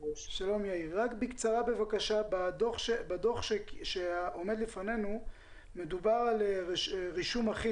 בדוח שבפנינו מדובר על רישום אחיד